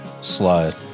slide